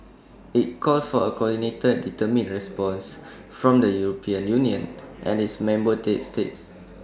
IT calls for A coordinated determined response from the european union and its member states